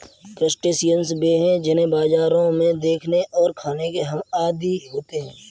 crustaceans वे हैं जिन्हें बाजारों में देखने और खाने के हम आदी होते हैं